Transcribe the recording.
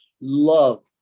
love